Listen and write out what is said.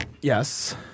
yes